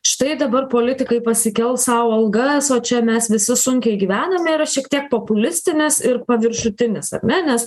štai dabar politikai pasikels sau algas o čia mes visi sunkiai gyvename yra šiek tiek populistinis ir paviršutinis ar ne nes